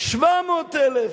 700,000,